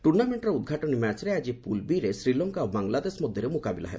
ଟୁର୍ଣ୍ଣାମେଣ୍ଟର ଉଦ୍ଘାଟନୀ ମ୍ୟାଚରେ ଆଜି ପୁଲ ବି'ରେ ଶ୍ରୀଲଙ୍କା ଓ ବାଂଲାଦେଶ ମଧ୍ୟରେ ମୁକାବିଲା ହେବ